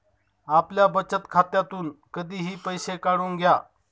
आपल्या बचत खात्यातून कधीही पैसे काढून घ्या